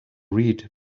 read